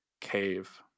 cave